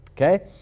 Okay